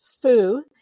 fu